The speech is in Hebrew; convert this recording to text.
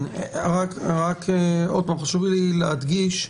עוד פעם, חשוב לי להדגיש.